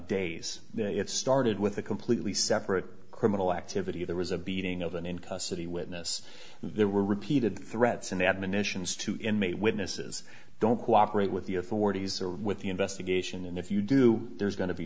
started with a completely separate criminal activity there was a beating of an in custody witness there were repeated threats and admonitions to inmate witnesses don't cooperate with the authorities or with the investigation and if you do there's going to be